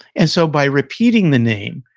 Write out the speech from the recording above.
and so, by repeating the name,